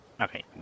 Okay